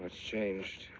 much changed